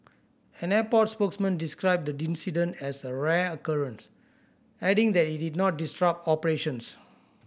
an airport spokesman described the incident as a rare occurrence adding that it did not disrupt operations